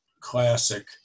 classic